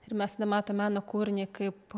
ir mes nematom meno kūrinį kaip